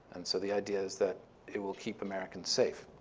and so the idea is that it will keep americans safe.